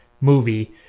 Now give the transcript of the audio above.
movie